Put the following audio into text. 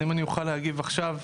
אז אם אני אוכל להגיב עכשיו,